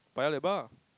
Paya-Lebar